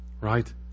right